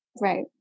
Right